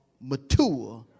mature